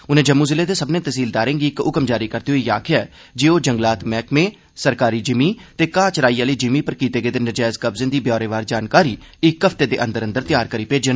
उनें जम्मू जिले दे सब्मनें तैह्सीलदारें गी इक्क आदेश जारी करदे होई आक्खेआ ऐ जे ओह् जंगलात मैह्कमें रियास्ती जिमीं ते घा चराई आह्ली जिमीं पर कीते गेदे नजैज कब्जे दी ब्यौरेवार जानकारी इक्क हफ्ते अंदर अंदर तैयार करी भेजन